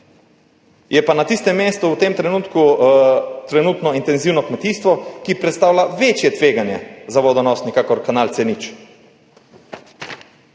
je pa na tistem mestu v tem trenutku intenzivno kmetijstvo, ki predstavlja večje tveganje za vodonosnik, kakor kanal C0.